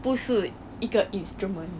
不是一个 instrument